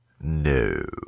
No